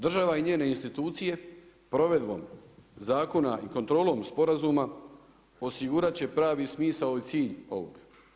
Država i njene institucije provedbom zakona i kontrolom sporazuma osigurat će pravi smisao i cilj ovog.